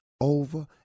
over